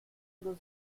allo